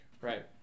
right